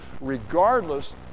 regardless